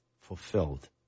fulfilled